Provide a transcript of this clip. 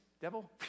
devil